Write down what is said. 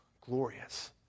glorious